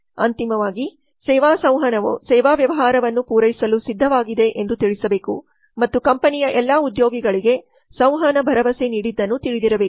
ಅಂತಿಮವಾಗಿ ಸೇವಾ ಸಂವಹನವು ಸೇವೆ ವ್ಯವಹಾರವನ್ನು ಪೂರೈಸಲು ಸಿದ್ಧವಾಗಿದೆ ಎಂದು ತಿಳಿಸಬೇಕು ಮತ್ತು ಕಂಪನಿಯ ಎಲ್ಲಾ ಉದ್ಯೋಗಿಗಳಿಗೆ ಸಂವಹನ ಭರವಸೆ ನೀಡಿದ್ದನ್ನು ತಿಳಿದಿರಬೇಕು